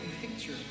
picture